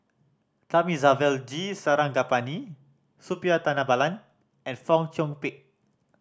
Thamizhavel G Sarangapani Suppiah Dhanabalan and Fong Chong Pik